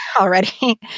already